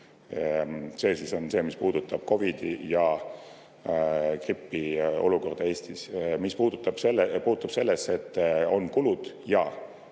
See on see, mis puudutab COVID-i ja gripi olukorda Eestis. Mis puutub sellesse, et on kulud –